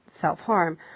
self-harm